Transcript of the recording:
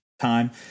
time